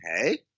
Hey